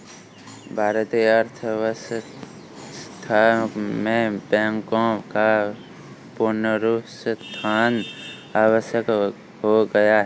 भारतीय अर्थव्यवस्था में बैंकों का पुनरुत्थान आवश्यक हो गया है